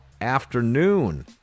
afternoon